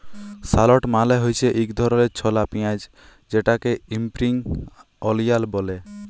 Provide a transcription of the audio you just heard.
shallot মালে হছে ইক ধরলের ছলা পিয়াঁইজ যেটাকে ইস্প্রিং অলিয়াল ব্যলে